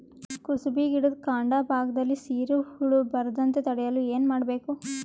ಕುಸುಬಿ ಗಿಡದ ಕಾಂಡ ಭಾಗದಲ್ಲಿ ಸೀರು ಹುಳು ಬರದಂತೆ ತಡೆಯಲು ಏನ್ ಮಾಡಬೇಕು?